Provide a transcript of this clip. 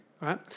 right